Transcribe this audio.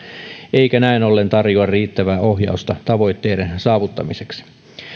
eikä näin ollen tarjoa riittävää ohjausta tavoitteiden saavuttamiseksi